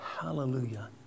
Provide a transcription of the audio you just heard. Hallelujah